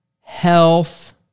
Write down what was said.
health